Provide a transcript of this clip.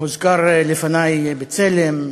הוזכרו לפני "בצלם",